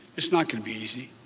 it's not going to be easy.